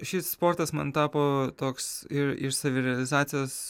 šis sportas man tapo toks ir ir savirealizacijos